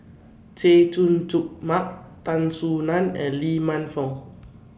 Chay Jung Jun Mark Tan Soo NAN and Lee Man Fong